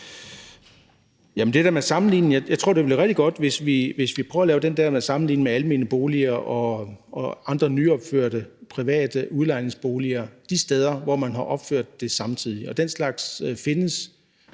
jeg, det ville være rigtig godt, hvis vi prøvede at lave den der sammenligning mellem almene boliger og andre nyopførte private udlejningsboliger de steder, hvor man har opført dem samtidig. Den slags findes